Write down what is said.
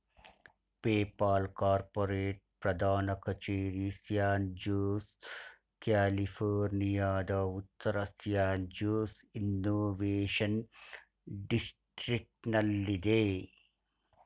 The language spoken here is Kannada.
ಪೇಪಾಲ್ ಕಾರ್ಪೋರೇಟ್ ಪ್ರಧಾನ ಕಚೇರಿ ಸ್ಯಾನ್ ಜೋಸ್, ಕ್ಯಾಲಿಫೋರ್ನಿಯಾದ ಉತ್ತರ ಸ್ಯಾನ್ ಜೋಸ್ ಇನ್ನೋವೇಶನ್ ಡಿಸ್ಟ್ರಿಕ್ಟನಲ್ಲಿದೆ